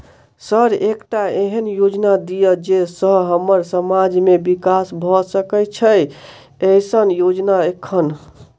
Sir एकटा एहन योजना दिय जै सऽ हम्मर समाज मे विकास भऽ सकै छैय एईसन योजना एखन?